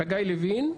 חגי לוין,